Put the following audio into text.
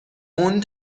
اون